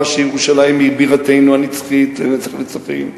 שירושלים היא בירתנו הנצחית לנצח נצחים,